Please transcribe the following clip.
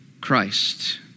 Christ